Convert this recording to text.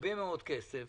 הרבה מאוד כסף